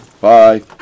Bye